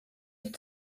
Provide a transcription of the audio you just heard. die